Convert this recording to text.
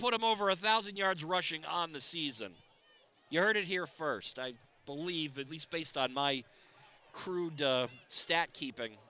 put him over a thousand yards rushing on the season you heard it here first i believe at least based on my crude stat keeping